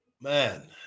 man